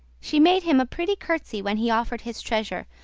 she made him a pretty courtesy when he offered his treasure,